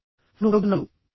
phone ఉపయోగిస్తున్నప్పుడు